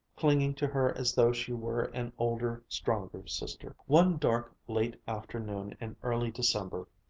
clinging to her as though she were an older stronger sister. one dark late afternoon in early december,